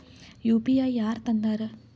UPI ಯಾರ್ ತಂದಾರ?